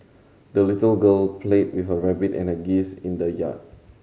the little girl played with her rabbit and a geese in the yard